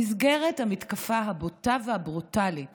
במסגרת המתקפה הבוטה והברוטלית